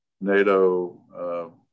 NATO